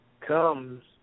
comes